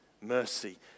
mercy